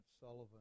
Sullivan